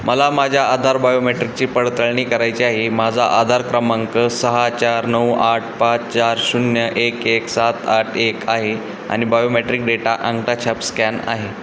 मला माझ्या आधार बायोमेट्रिकची पडतळणी करायची आहे माझा आधार क्रमांक सहा चार नऊ आठ पाच चार शून्य एक एक सात आठ एक आहे आणि बायोमेट्रिक डेटा अंगठा छाप स्कॅन आहे